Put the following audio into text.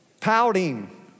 Pouting